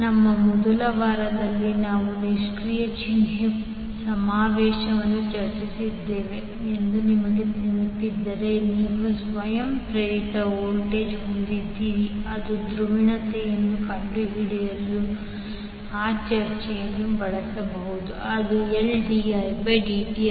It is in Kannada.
ನಮ್ಮ ಮೊದಲ ವಾರದಲ್ಲಿ ನಾವು ನಿಷ್ಕ್ರಿಯ ಚಿಹ್ನೆ ಸಮಾವೇಶವನ್ನು ಚರ್ಚಿಸಿದ್ದೇವೆ ಎಂದು ನಿಮಗೆ ನೆನಪಿದ್ದರೆ ನೀವು ಸ್ವಯಂ ಪ್ರೇರಿತ ವೋಲ್ಟೇಜ್ ಹೊಂದಿದ್ದರೆ ಅದು ಧ್ರುವೀಯತೆಯನ್ನು ಕಂಡುಹಿಡಿಯಲು ಆ ಚರ್ಚೆಯನ್ನು ಬಳಸಬಹುದು ಅದು Ldi dt